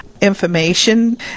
information